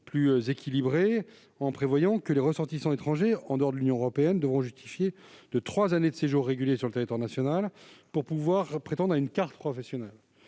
d'équilibre : elle a prévu que les ressortissants étrangers, hors Union européenne, devront justifier de trois années de séjour régulier sur le territoire national pour pouvoir prétendre à une carte professionnelle.